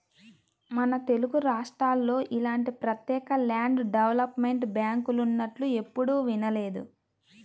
మన తెలుగురాష్ట్రాల్లో ఇలాంటి ప్రత్యేక ల్యాండ్ డెవలప్మెంట్ బ్యాంకులున్నట్లు ఎప్పుడూ వినలేదు